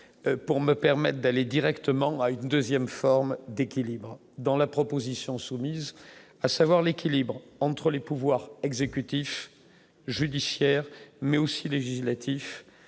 pour me permettre d'aller directement à une 2ème forme d'équilibre dans la proposition soumise à savoir l'équilibre entre les pouvoirs exécutif, judiciaire, mais aussi législatif